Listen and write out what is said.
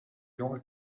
jonge